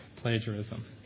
Plagiarism